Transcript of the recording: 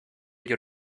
your